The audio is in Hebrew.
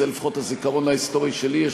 זה לפחות הזיכרון ההיסטורי שלי יש,